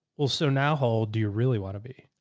well, so now how old do you really want to be?